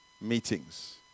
meetings